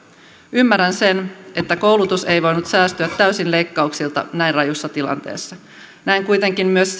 ymmärrän sen että koulutus ei voinut täysin säästyä leikkauksilta näin rajussa tilanteessa näen kuitenkin myös